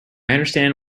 understand